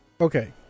okay